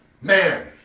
man